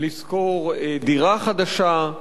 לשכור דירה חדשה,